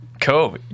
cool